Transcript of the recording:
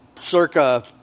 circa